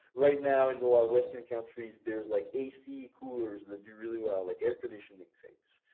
right now in the lot of western countries. there's like ac coolers that do really well like air conditioning things,